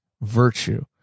virtue